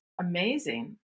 amazing